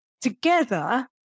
Together